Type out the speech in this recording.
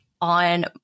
on